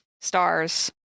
Stars